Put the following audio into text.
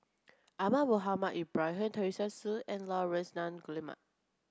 Ahmad Mohamed Ibrahim Teresa Hsu and Laurence Nunns Guillemard